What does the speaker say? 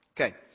Okay